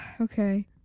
Okay